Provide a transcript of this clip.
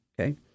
Okay